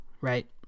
right